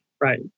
Right